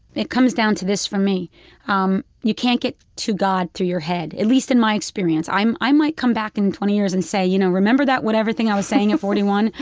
it comes down to this for me um you can't get to god through your head, at least in my experience. i might come back in twenty years and say, you know, remember that, whatever, thing i was saying at forty one?